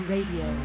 Radio